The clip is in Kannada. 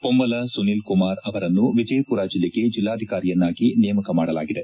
ಮೊಮ್ಮಲ ಸುನೀಲ್ ಕುಮಾರ್ ಅವರನ್ನು ವಿಜಯಮರ ಜಿಲ್ಲೆಗೆ ಜಿಲ್ಲಾಧಿಕಾರಿಯನ್ನಾಗಿ ನೇಮಕ ಮಾಡಲಾಗಿದೆ